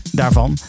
daarvan